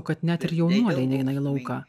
kad net ir jaunuoliai neina į lauką